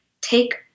take